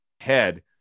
head